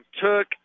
took